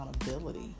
accountability